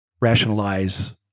rationalize